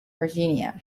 virginia